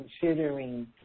considering